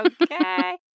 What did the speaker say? Okay